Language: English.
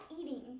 eating